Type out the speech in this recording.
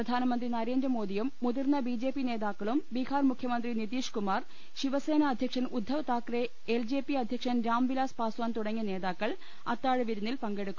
പ്രധാനമന്ത്രി നരേന്ദ്രമോദിയും മുതിർന്ന ബിജെപി നേതാക്കളും ബീഹാർ മുഖ്യമന്ത്രി നിതീഷ് കുമാർ ശിവ സേന അധ്യക്ഷൻ Uddhav Thackeray L J P അധ്യക്ഷൻ രാം വിലാസ് പസ്വാൻ തുടങ്ങിയ നേതാക്കൾ അത്താഴ വിരുന്നിൽ പങ്കെടുക്കും